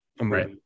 right